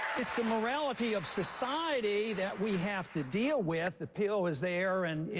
it's the morality of society that we have to deal with. the pill is there and,